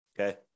okay